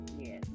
Yes